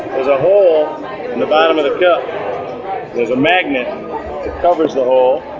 is a hole in the bottom of the cup there's a magnet it covers the hole